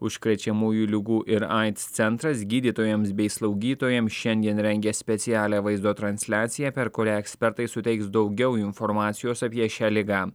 užkrečiamųjų ligų ir aids centras gydytojams bei slaugytojams šiandien rengia specialią vaizdo transliaciją per kurią ekspertai suteiks daugiau informacijos apie šią ligą